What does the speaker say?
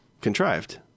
contrived